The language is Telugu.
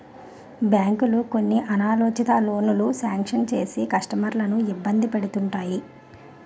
బ్యాంకులు కొన్ని అనాలోచిత లోనులు శాంక్షన్ చేసి కస్టమర్లను ఇబ్బంది పెడుతుంటాయి